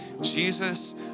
Jesus